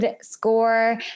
score